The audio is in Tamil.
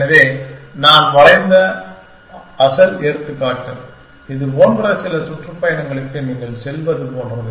எனவே நான் வரைந்த அசல் எடுத்துக்காட்டு இது போன்ற சில சுற்றுப்பயணங்களுக்கு நீங்கள் செல்வது போன்றது